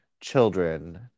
children